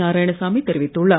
நாராயணசாமி தெரிவித்துள்ளார்